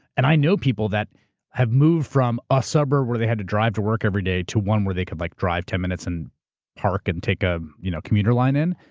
and i know people that have moved from a suburb, where they had to drive to work every day, to one where they could like, drive ten minutes and park and take a you know commuter line in.